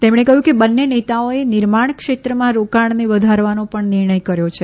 તેમણે કહ્યું કે બંને નેતાઓએ નિર્માણ ક્ષેત્રમાં રોકાણને વધારવાનો પણ નિર્ણય કર્યો છે